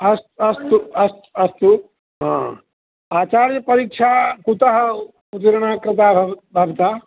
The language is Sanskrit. अस्तु अस्तु अस्तु अस्तु आचार्यपरीक्षा कुतः उत्तीर्णः कृतः भवता